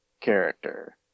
character